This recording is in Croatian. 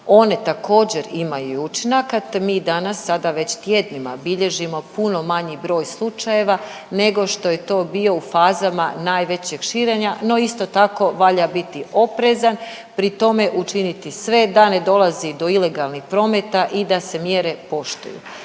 One također imaju učinaka te mi danas sada već tjednima bilježimo puno manji broj slučajeva nego što je to bio u fazama najvećeg širenja no isto tako valja biti oprezan. Pri tome učiniti sve da ne dolazi do ilegalnih prometa i da se mjere poštuju.